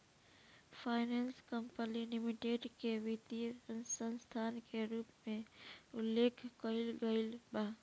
finance company limited के वित्तीय संस्था के रूप में उल्लेख कईल गईल बा